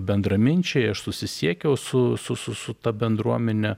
bendraminčiai aš susisiekiau su su su su ta bendruomene